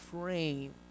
frame